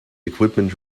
equipment